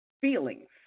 feelings